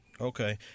okay